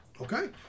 Okay